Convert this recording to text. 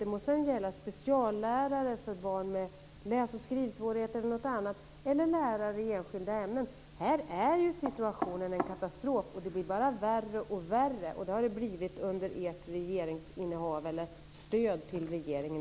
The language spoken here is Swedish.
Det må sedan gälla speciallärare för barn med läs och skrivsvårigheter eller lärare i enskilda ämnen. Här är situationen en katastrof. Den blir bara värre och värre, och så har det blivit under den tid som ni har samverkat med regeringen.